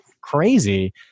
crazy